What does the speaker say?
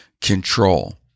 control